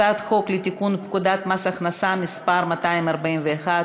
הצעת חוק לתיקון פקודת מס הכנסה (מס' 241),